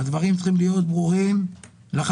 הדברים צריכים להיות ברורים לחלוטין,